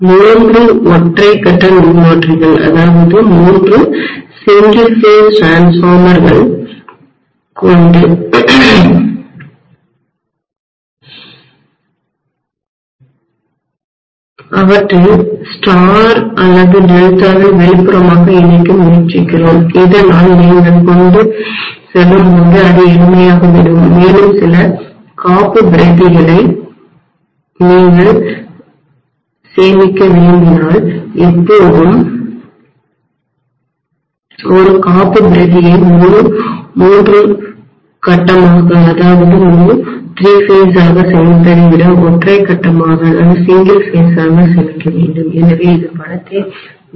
மூன்று ஒற்றை கட்ட மின்மாற்றிகள்சிங்கிள் பேஸ் டிரான்ஸ்ஃபார்மர்கள் அவற்றை ஸ்டாரில் அல்லது டெல்டாவில் வெளிப்புறமாக இணைக்க முயற்சிக்கிறோம் இதனால் நீங்கள் கொண்டு செல்லும்போது அது எளிமையாகிவிடும் மேலும் சில காப்புப்பிரதிகளை நீங்கள் சேமிக்க விரும்பினால் எப்போதும் ஒரு காப்புப்பிரதியை முழு மூன்று கட்டமாக திரி பேஸ் ஆக சேமிப்பதை விட ஒற்றை கட்டமாக சிங்கிள் பேஸ் ஆக சேமிக்க வேண்டும் எனவே இது பணத்தை மிச்சப்படுத்துகிறது